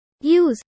Use